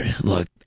Look